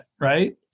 right